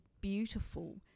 beautiful